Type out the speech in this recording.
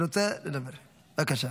רוצה לדבר, בבקשה.